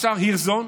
השר הירשזון,